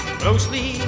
closely